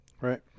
right